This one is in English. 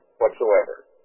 whatsoever